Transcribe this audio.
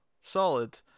Solid